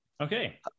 Okay